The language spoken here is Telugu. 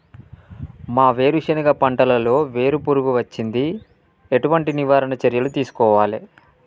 మా వేరుశెనగ పంటలలో వేరు పురుగు వచ్చింది? ఎటువంటి నివారణ చర్యలు తీసుకోవాలే?